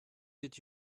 did